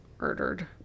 murdered